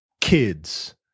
kids